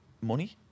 money